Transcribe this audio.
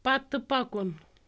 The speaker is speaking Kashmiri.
پتہٕ پکُن